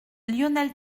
lionel